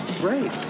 great